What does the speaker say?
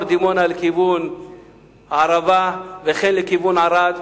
ומעבר לדימונה לכיוון הערבה וכן לכיוון ערד.